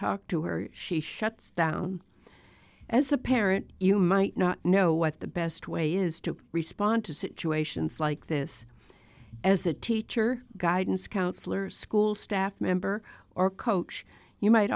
talk to her she shuts down as a parent you might not know what the best way is to respond to situations like this as a teacher guidance counselor school staff member or coach you might